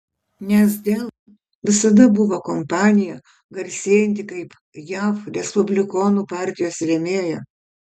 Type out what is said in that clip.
nes dell visada buvo kompanija garsėjanti kaip jav respublikonų partijos rėmėja